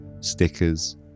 stickers